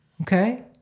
Okay